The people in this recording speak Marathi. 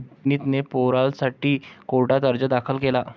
विनीतने पॅरोलसाठी कोर्टात अर्ज दाखल केला